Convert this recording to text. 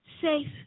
safe